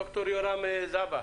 ד"ר יורם זבה,